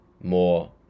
more